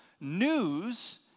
News